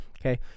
okay